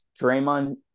draymond